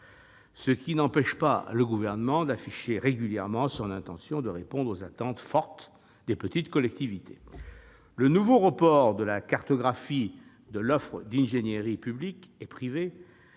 ce qui n'empêche pas le Gouvernement d'afficher régulièrement son intention de répondre aux attentes fortes des petites collectivités. Le nouveau report de la cartographie de l'offre d'ingénierie publique et privée,